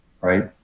right